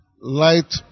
Light